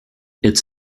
its